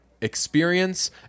experience